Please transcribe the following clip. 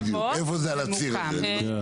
בדיוק, איפה זה על הציר הזה.